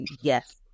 Yes